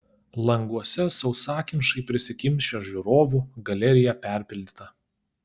languose sausakimšai prisikimšę žiūrovų galerija perpildyta